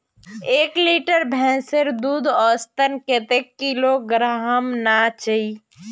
एक लीटर भैंसेर दूध औसतन कतेक किलोग्होराम ना चही?